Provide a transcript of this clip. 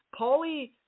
Paulie